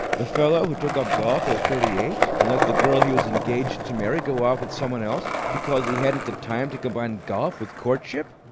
the fellow who took up golf at thirty-eight and let the girl he was engaged to marry go off with someone else because he hadn't the time to combine golf with courtship?